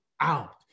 out